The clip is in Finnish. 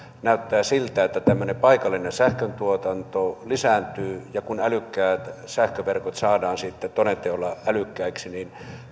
näyttää siltä että tämmöinen paikallinen sähköntuotanto lisääntyy ja kun älykkäät sähköverkot saadaan sitten toden teolla älyk käiksi niin